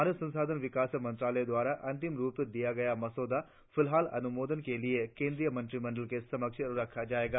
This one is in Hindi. मानव संसाधन विकास मंत्रालय द्वारा अंतिम रुप दिया गया मसौदा फिलहाल अनुमोदन के लिए केंद्रीय मंत्रिमंडल के समक्ष रखा जाएगा